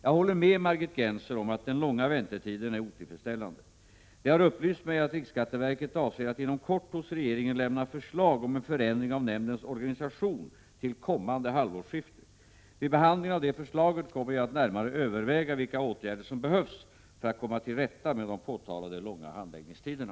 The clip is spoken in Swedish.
Jag håller med Margit Gennser om att den långa väntetiden är otillfredsställande. Jag har blivit upplyst om att riksskatteverket avser att inom kort till regeringen lämna förslag om en förändring av nämndens organisation till kommande halvårsskifte. Vid behandlingen av det förslaget kommer jag att närmare överväga vilka åtgärder som behöver vidtas för att komma till rätta med de påtalade långa handläggningstiderna.